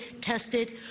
tested